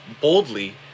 boldly